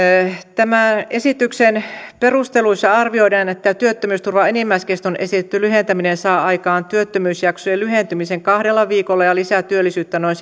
tämän esityksen perusteluissa arvioidaan että työttömyysturvan enimmäiskeston esitetty lyhentäminen saa aikaan työttömyysjaksojen lyhentymisen kahdella viikolla ja lisää työllisyyttä noin